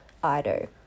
Ido